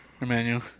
Emmanuel